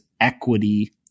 equity